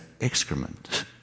excrement